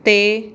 ਤੇ